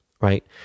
right